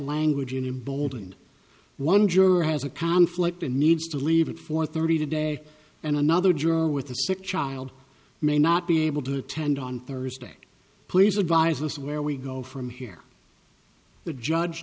language an emboldened one juror has a conflict and needs to leave at four thirty today and another juror with the sick child may not be able to attend on thursday please advise us where we go from here the judge